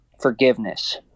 forgiveness